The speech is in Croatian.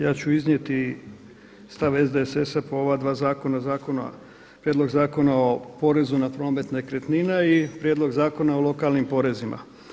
Ja ću iznijeti stav SDSS-a po ova dva zakona, zakona, Prijedlog zakona o porezu na promet nekretnina i Prijedlog zakona o lokalnim porezima.